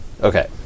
okay